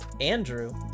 Andrew